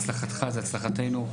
הצלחתך היא הצלחתנו.